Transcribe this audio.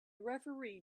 referee